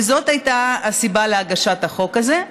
וזאת הייתה הסיבה להגשת החוק הזה.